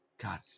God